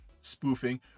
spoofing